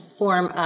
form